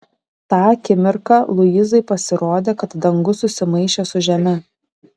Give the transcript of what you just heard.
tą akimirką luizai pasirodė kad dangus susimaišė su žeme